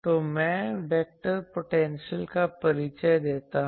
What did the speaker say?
तो मैं vector potential का परिचय देता हूं